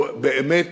הוא באמת